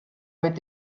mit